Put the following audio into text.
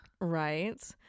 Right